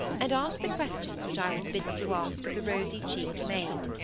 and asked the questions which i was bidden to ask of the rosy-cheeked maid.